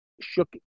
shook